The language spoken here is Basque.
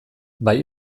bai